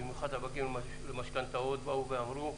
במיוחד הבנקים למשכנתאות ואמרו,